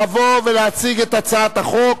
לבוא ולהציג את הצעת החוק.